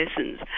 lessons